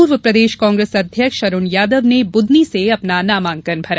पूर्व प्रदेश कांग्रेस अध्यक्ष अरुण यादव ने बुदनी से अपना नामांकन भरा